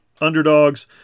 underdogs